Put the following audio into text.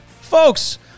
folks